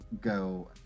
go